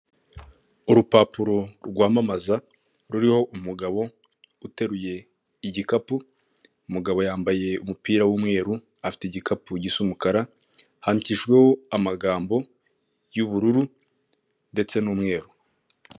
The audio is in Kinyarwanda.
Urupapuro rwamamaza ruriho umugabo uteruye igikapu, umugabo yambaye umupira w'umweru afite igikapu gisa umukara, handikishijweho, amagambo y'ubururu ndetse n'umweru.